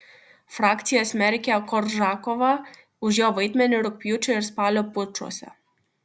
frakcija smerkia koržakovą už jo vaidmenį rugpjūčio ir spalio pučuose